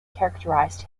characterized